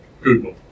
Google